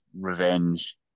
revenge